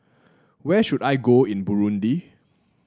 where should I go in Burundi